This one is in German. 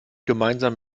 gemeinsam